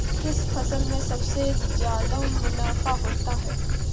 किस फसल में सबसे जादा मुनाफा होता है?